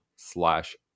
Slash